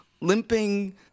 limping